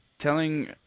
telling